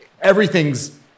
everything's